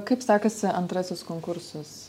kaip sekasi antrasis konkursas